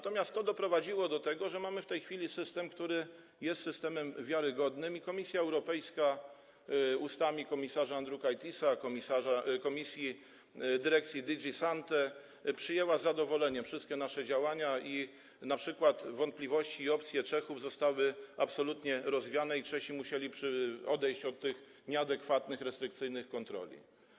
To doprowadziło do tego, że mamy w tej chwili system, który jest systemem wiarygodnym i Komisja Europejska ustami komisarza Andriukaitisa, komisji, dyrekcji DG Sante przyjęła z zadowoleniem wszystkie nasze działania i np. wątpliwości i opcje Czechów zostały absolutnie rozwiane i Czesi musieli odejść od tych nieadekwatnych, restrykcyjnych kontroli.